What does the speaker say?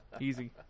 Easy